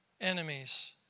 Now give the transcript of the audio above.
enemies